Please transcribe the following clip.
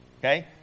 okay